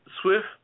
swift